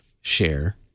Share